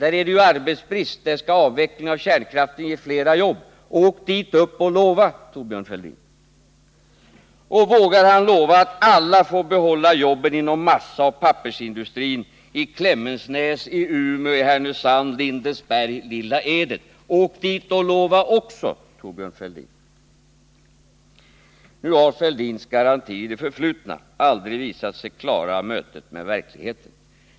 Där är det ju arbetsbrist, och där skall avvecklingen av kärnkraften ge flera jobb. Åk dit upp och lova, Thorbjörn Fälldin! Och vågar han lova att alla får behålla jobben inom massaoch pappersindustrin i Klemensnäs, i Umeå, i Härnösand, i Lindesberg och i Lilla Edet? Åk dit också och lova, Thorbjörn Fälldin! Nu har emellertid Thorbjörn Fälldins garantier i det förflutna aldrig visat sig kunna klara mötet med verkligheten.